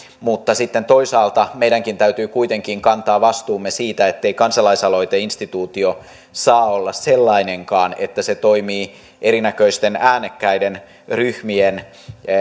mutta sitten toisaalta meidänkin täytyy kuitenkin kantaa vastuumme siitä ettei kansalaisaloiteinstituutio saa olla sellainenkaan että se toimii erinäköisten äänekkäiden ryhmien